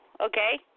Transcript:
okay